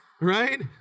Right